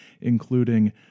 including